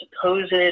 supposed